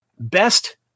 best